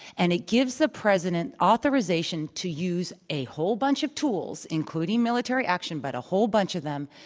and it gives the president authorization to use a whole bunch of tools including military action but a whole bunch of them,